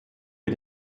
mit